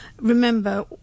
remember